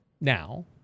now